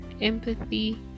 empathy